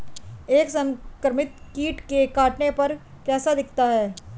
एक संक्रमित कीट के काटने पर कैसा दिखता है?